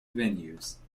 venues